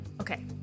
Okay